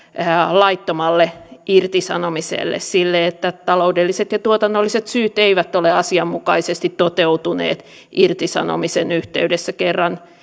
laittomalle irtisanomiselle silleen että taloudelliset ja tuotannolliset syyt eivät ole asianmukaisesti toteutuneet irtisanomisen yhteydessä kerran